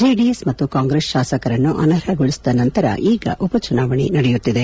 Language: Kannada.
ಜೆಡಿಎಸ್ ಮತ್ತು ಕಾಂಗ್ರೆಸ್ ಶಾಸಕರನ್ನು ಅನರ್ಹಗೊಳಿಸಿದ ನಂತರ ಈಗ ಉಪಚುನಾವಣೆ ನಡೆಯುತ್ತಿದೆ